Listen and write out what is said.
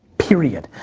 period.